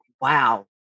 wow